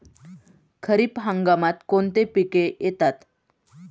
खरीप हंगामात कोणती पिके येतात?